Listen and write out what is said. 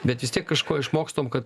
bet vis tiek kažko išmokstom kad